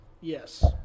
Yes